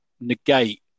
negate